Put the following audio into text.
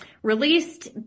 Released